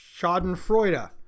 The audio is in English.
Schadenfreude